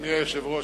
אדוני היושב-ראש,